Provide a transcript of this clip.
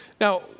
Now